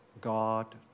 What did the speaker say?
God